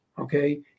okay